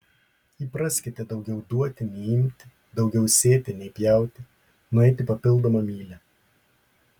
įpraskite daugiau duoti nei imti daugiau sėti nei pjauti nueiti papildomą mylią